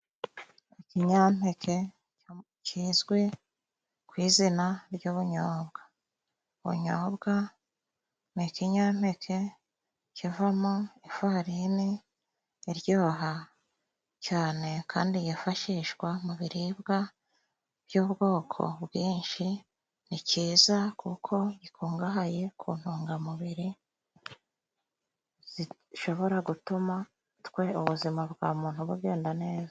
Ikinyampeke kizwi ku izina ry'ubunyobwa. Ubunyobwa ni ikinyampeke kivamo ifarini iryoha cyane kandi yifashishwa mu biribwa by'ubwoko bwinshi. Ni ciza kuko gikungahaye ku ntungamubiri, zishobora gutuma twe ubuzima bwa muntu bugenda neza.